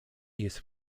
jest